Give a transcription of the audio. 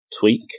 tweak